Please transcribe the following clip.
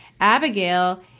Abigail